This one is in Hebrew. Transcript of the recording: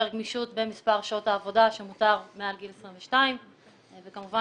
גמישות במספר שעות העבודה שמותר מעל גיל 22. אז כמובן